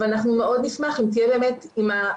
קם חבר קונגרס בשם מייק סיינר מאוקלהומה ואמר כך: מדינה